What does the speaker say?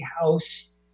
house